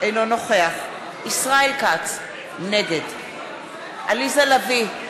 אינו נוכח ישראל כץ, נגד עליזה לביא,